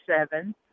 seven